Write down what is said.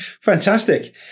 Fantastic